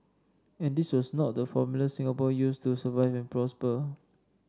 and this was not the formula Singapore used to survive and prosper